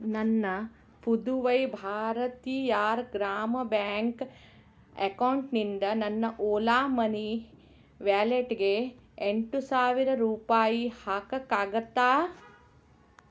ನನ್ನ ಪುದುವೈ ಭಾರತಿಯಾರ್ ಗ್ರಾಮ ಬ್ಯಾಂಕ್ ಎಕೌಂಟ್ನಿಂದ ನನ್ನ ಓಲಾ ಮನಿ ವ್ಯಾಲೆಟ್ಗೆ ಎಂಟು ಸಾವಿರ ರೂಪಾಯಿ ಹಾಕಕ್ಕಾಗತ್ತಾ